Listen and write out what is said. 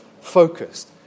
focused